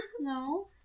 No